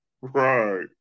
Right